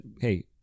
hey